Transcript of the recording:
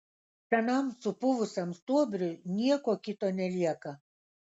senam supuvusiam stuobriui nieko kito nelieka